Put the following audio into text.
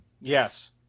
Yes